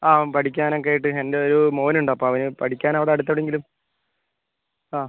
ആ പഠിക്കാനൊക്കെ ആയിട്ട് എൻ്റെ ഒരു മോൻ ഉണ്ട് അപ്പം അവന് പഠിക്കാൻ അടുത്ത് എവിടെയെങ്കിലും ആ